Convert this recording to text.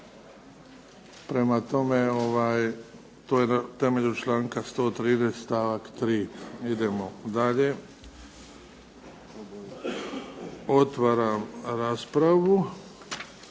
Prema tome, to je na temelju članka 113. stavak 3. Idemo dalje. Otvaram raspravu.